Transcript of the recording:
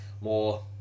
more